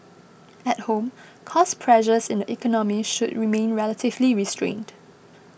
at home cost pressures in the economy should remain relatively restrained